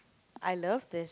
I love this